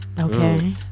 Okay